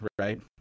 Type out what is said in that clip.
right